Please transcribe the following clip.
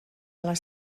les